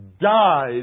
died